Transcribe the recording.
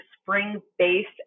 spring-based